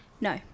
no